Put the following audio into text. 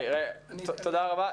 תודה רבה.